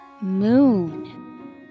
Moon